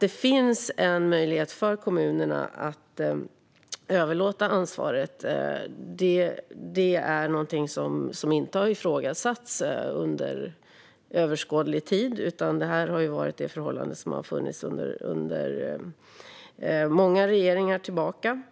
Det finns alltså en möjlighet för kommunerna att överlåta ansvaret. Det är någonting som inte har ifrågasatts under överskådlig tid, utan detta är det förhållande som har funnits sedan många regeringar tillbaka.